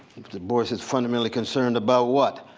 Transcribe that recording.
du bois is is fundamentally concerned about what?